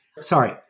Sorry